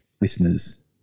listeners